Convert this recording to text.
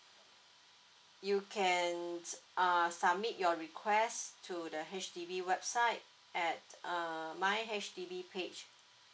you can err submit your request to the H_D_B website at err my H_D_B page